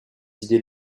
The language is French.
idées